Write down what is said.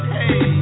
hey